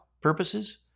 purposes